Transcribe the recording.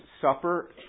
Supper